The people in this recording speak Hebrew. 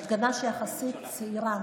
זאת הפגנה שהיא יחסית צעירה.